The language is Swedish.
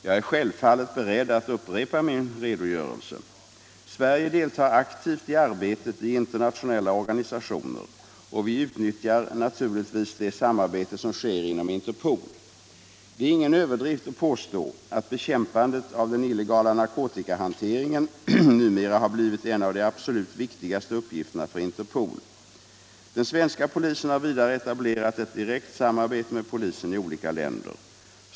Jag är självfallet beredd att upprepa min redogörelse. Sverige deltar aktivt i arbetet i internationella organisationer, och vi utnyttjar naturligtvis det samarbete som sker inom Interpol. Det är ingen överdrift att påstå att bekämpandet av den illegala narkotikahanteringen numera har blivit en av de absolut viktigaste uppgifterna för Interpol. Den svenska polisen har vidare etablerat ett direkt samarbete med polisen i olika länder.